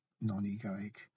non-egoic